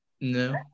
No